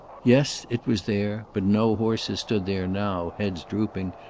yes, it was there, but no horses stood there now, heads drooping,